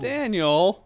Daniel